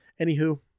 Anywho